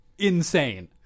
Insane